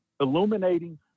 illuminating